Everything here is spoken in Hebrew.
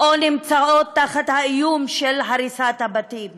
או הן נמצאות תחת האיום של הריסת הבתים